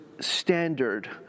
standard